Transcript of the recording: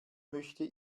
möchte